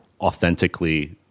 authentically